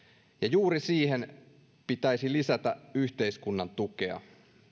juuri siihen pitäisi lisätä yhteiskunnan tukea